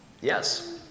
Yes